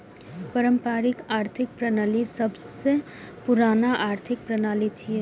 पारंपरिक आर्थिक प्रणाली सबसं पुरान आर्थिक प्रणाली छियै